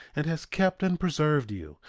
and has kept and preserved you,